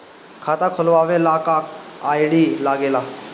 खाता खोलवावे ला का का आई.डी लागेला?